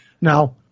Now